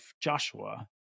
Joshua